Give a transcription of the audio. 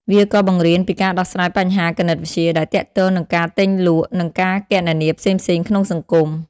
វាក៏បង្រៀនពីការដោះស្រាយបញ្ហាគណិតវិទ្យាដែលទាក់ទងនឹងការទិញលក់ និងការគណនាផ្សេងៗក្នុងសង្គម។